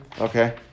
okay